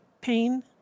pain